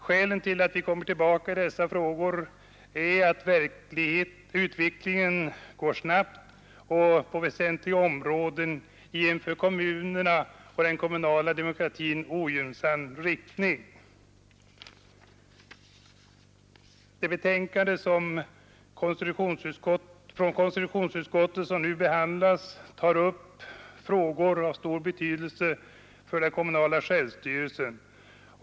Skälet till att vi kommer tillbaka i dessa frågor är att utvecklingen går snabbt och på väsentliga områden i en för kommunerna och den kommunala demokratin ogynnsam riktning. Det betänkande från konstitutionsutskottet som nu behandlas tar upp frågor av stor betydelse för den kommunala självstyrelsen.